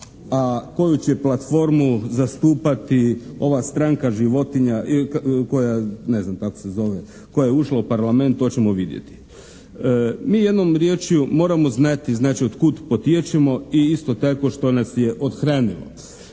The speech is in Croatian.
a koju će platformu zastupati ova stranka životinja, koja, ne znam kako se zove, koja je ušla u parlament to ćemo vidjeti. Mi jednom riječju moramo znati znači od kud potječemo i isto tako što nas je othranilo.